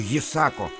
jis sako